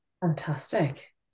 Fantastic